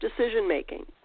decision-making